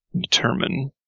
determine